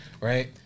right